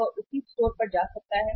वह उसी स्टोर पर जा सकता है